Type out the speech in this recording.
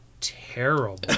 terrible